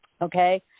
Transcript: okay